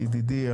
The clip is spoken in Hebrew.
ידידי,